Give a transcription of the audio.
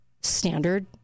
standard